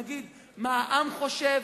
נגיד מה העם חושב,